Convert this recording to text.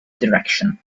direction